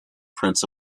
prince